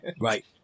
Right